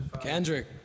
Kendrick